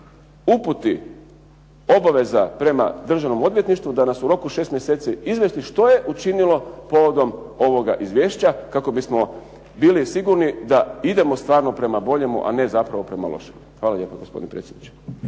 uputi obaveza prema Državnom odvjetništvu da nas u roku 6 mjeseci izvijesti što je učinilo povodom ovoga izvješća kako bismo bili sigurni da idemo stvarno prema boljemu, a ne zapravo prema lošemu. Hvala lijepa gospodine predsjedniče.